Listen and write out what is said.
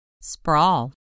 Sprawl